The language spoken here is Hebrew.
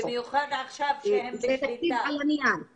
ביקשנו שיאפשרו לנו לקחת את ה-100%